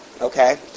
Okay